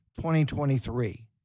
2023